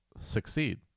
succeed